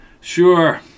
Sure